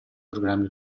programmi